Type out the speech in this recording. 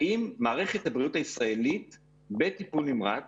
האם מערכת הבריאות הישראלית בטיפול נמרץ